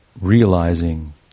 realizing